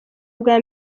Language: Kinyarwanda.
bwa